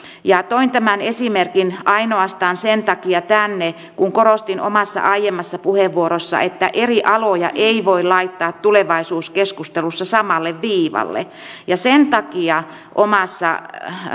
toin tämän esimerkin tänne ainoastaan sen takia kun korostin omassa aiemmassa puheenvuorossa että eri aloja ei voi laittaa tulevaisuuskeskustelussa samalle viivalle sen takia omassa